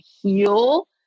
heal